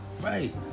Right